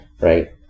Right